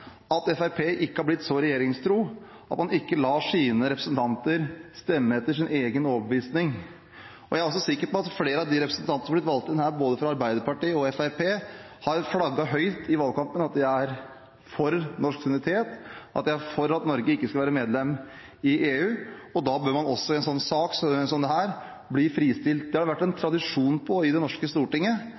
at Fremskrittspartiet ikke har blitt så regjeringstro at man ikke lar sine representanter stemme etter sin egen overbevisning. Jeg er også sikker på at flere av de representantene som har blitt valgt inn her både fra Arbeiderpartiet og fra Fremskrittspartiet, har flagget høyt i valgkampen at de er for norsk suverenitet, at de er for at Norge ikke skal være medlem i EU. Da bør man også i en sak som denne bli fristilt. Det har vært tradisjon for i Det norske